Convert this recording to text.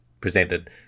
presented